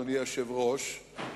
אדוני היושב-ראש,